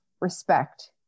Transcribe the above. respect